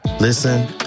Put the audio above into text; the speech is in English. listen